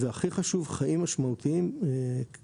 והכי חשוב חיים משמעותיים בקהילה: